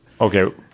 okay